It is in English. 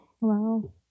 Wow